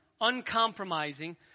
uncompromising